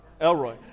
Elroy